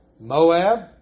Moab